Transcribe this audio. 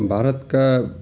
भारतका